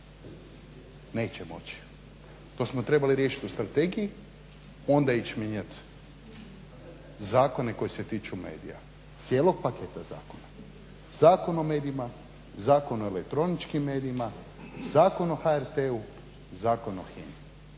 Neće moći. To smo trebali riješiti u strategiji, onda ići mijenjati zakone koji se tiču medija, cijelog paketa zakona. Zakon o medijima, Zakon o elektroničkim medijima, Zakon o HRT-u i Zakon o HINA-i.